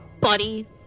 buddy